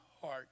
heart